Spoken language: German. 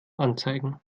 anzeigen